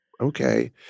Okay